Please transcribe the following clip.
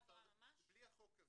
בלי החוק הזה,